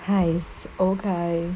okay